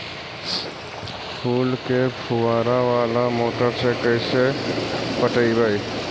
फूल के फुवारा बाला मोटर से कैसे पटइबै?